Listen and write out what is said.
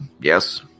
yes